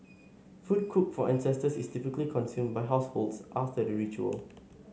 food cooked for ancestors is typically consumed by households after the ritual